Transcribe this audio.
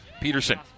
Peterson